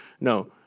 No